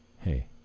Hey